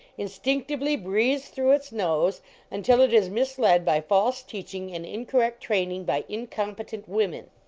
instinctively breathes through its nose until it is misled by false teaching and incorrect training by incompetent women.